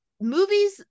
movies